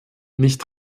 nicht